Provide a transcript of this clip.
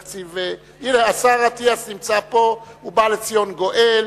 הנה, השר אטיאס נמצא פה, ובא לציון גואל.